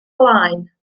blaen